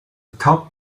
top